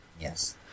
Yes